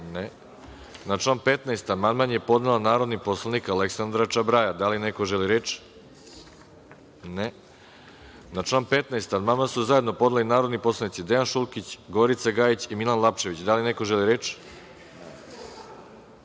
(Ne)Na član 15. amandman je podnela narodni poslanik Aleksandra Čabraja. Da li neko želi reč? (Ne)Na član 15. amandman su zajedno podneli narodni poslanici Dejan Šulkić, Gorica Gajić i Milan Lapčević. Da li neko želi reč?